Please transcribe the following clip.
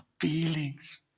feelings